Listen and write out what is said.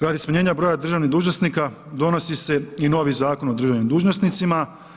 Radi smanjenja broja državnih dužnosnika, donosi se novi Zakon o državnim dužnosnicima.